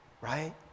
right